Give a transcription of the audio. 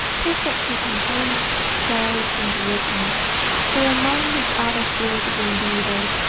perfectly composed, spelled, and written for among his other fields of endeavour,